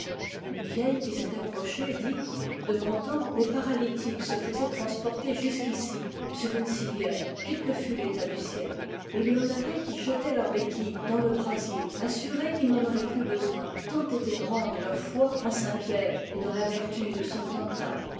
une vieille qui s'est approchée dit de mon temps les paralytiques se faisaient transporter jusqu'ici sur une civière quel que fût l'état du ciel et il y en avait qui jetaient leurs béquilles dans le brasier assurés qu'ils n'en auraient plus besoin tant était grande leur foi en saint pierre et dans la vertu de son